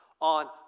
on